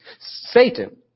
Satan